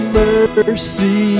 mercy